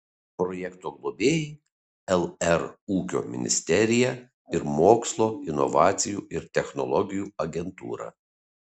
projekto globėjai lr ūkio ministerija ir mokslo inovacijų ir technologijų agentūra